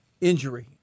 injury